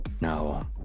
No